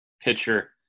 pitcher